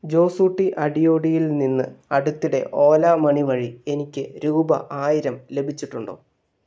ജോസൂട്ടി അടിയോടിയിൽ നിന്ന് അടുത്തിടെ ഓല മണി വഴി എനിക്ക് രൂപ ആയിരം ലഭിച്ചിട്ടുണ്ടോ